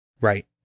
Right